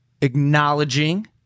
acknowledging